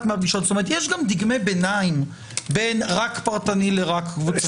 יש דגמי ביניים בין רק פרטני לרק קבוצתי.